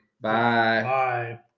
Bye